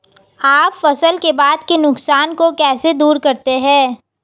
आप फसल के बाद के नुकसान को कैसे दूर करते हैं?